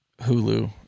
Hulu